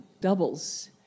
doubles